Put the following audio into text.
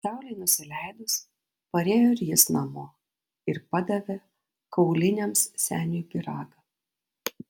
saulei nusileidus parėjo ir jis namo ir padavė kauliniams seniui pyragą